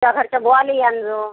तुझ्या घरच्या बुवालाही आण